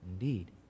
indeed